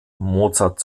mozart